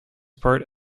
part